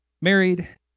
married